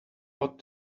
ought